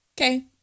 okay